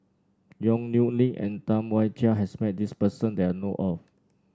Yong Nyuk Lin and Tam Wai Jia has met this person that I know of